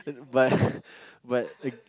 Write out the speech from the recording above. but but